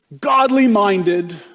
godly-minded